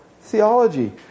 theology